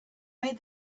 made